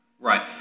Right